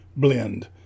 blend